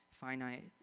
finite